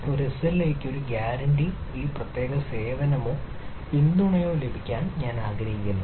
ഒരു എസ്എൽഎയ്ക്ക് ഒരു പ്രത്യേക സേവനമോ പിന്തുണയോ ലഭിക്കാൻ ആഗ്രഹിക്കുന്നു